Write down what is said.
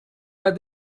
pas